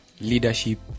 leadership